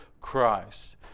Christ